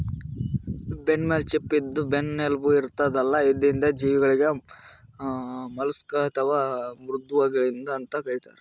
ಬೆನ್ನಮೇಲ್ ಚಿಪ್ಪ ಇದ್ದು ಬೆನ್ನ್ ಎಲುಬು ಇರ್ಲಾರ್ದ್ ಇದ್ದಿದ್ ಜೀವಿಗಳಿಗ್ ಮಲುಸ್ಕ್ ಅಥವಾ ಮೃದ್ವಂಗಿಗಳ್ ಅಂತ್ ಕರಿತಾರ್